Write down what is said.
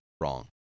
wrong